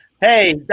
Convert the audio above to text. Hey